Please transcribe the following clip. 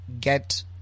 get